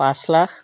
পাঁচ লাখ